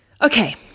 Okay